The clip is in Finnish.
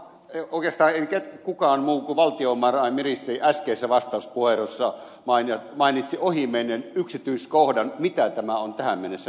mutta oikeastaan ei kukaan muu kuin valtiovarainministeri äskeisessä vastuspuheenvuorossaan ole maininnut sitä yksityiskohtaa ja hänkin mainitsi sen ohimennen mitä tämä on tähän mennessä merkinnyt